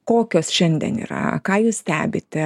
kokios šiandien yra ką jūs stebite